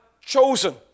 chosen